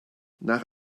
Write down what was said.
nach